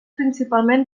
principalment